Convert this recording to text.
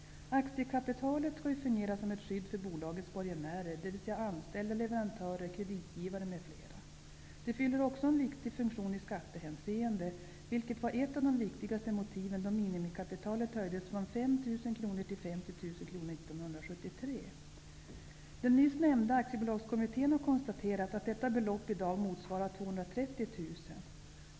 Aktiekapitalet skall ju fungera som ett skydd för bolagets borgenärer, dvs. anställda, leverantörer, kreditgivare och andra. Det fyller också en viktig funktion i skattehänseende, vilket var ett av de viktigaste motiven då minimikapitalet 1973 höjdes från 5 000 kr till 50 000 kr. Den nyss nämnda Aktiebolagskommittén har konstaterat att detta belopp i dag motsvarar 230 000 kr.